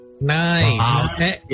Nice